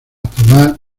tomar